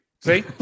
see